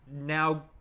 Now